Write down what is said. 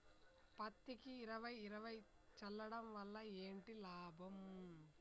పత్తికి ఇరవై ఇరవై చల్లడం వల్ల ఏంటి లాభం?